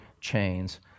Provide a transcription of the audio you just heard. chains